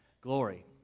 glory